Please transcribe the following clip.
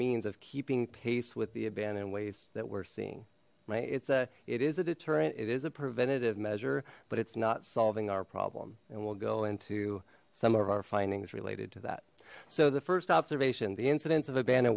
means of keeping pace with the abandoned waste that we're seeing right it's a it is a deterrent it is a preventative measure but it's not solving our problem and we'll go into some of our findings related to that so the first observation the incidence of abandoned